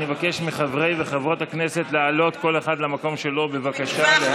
אני מבקש מחברי וחברות הכנסת לעלות כל אחד למקום שלו בבקשה להצבעה.